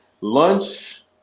lunch –